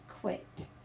quit